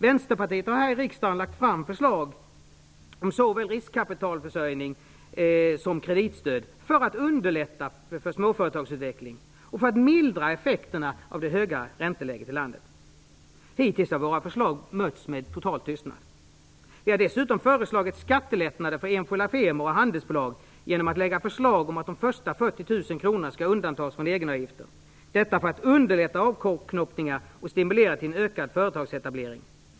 Vänsterpartiet har här i riksdagen lagt fram förslag om såväl riskkapitalförsörjning som kreditstöd för att underlätta småföretagsutveckling och för att mildra effekterna av det höga ränteläget i landet. Hittills har våra förslag mötts med total tystnad. Vi har dessutom föreslagit skattelättnader för enskilda firmor och handelsbolag genom att lägga fram förslag om att de första 40 000 kronorna skall undantas från egenavgifter, detta för att underlätta avknoppningar och stimulera till ökad företagsetablering.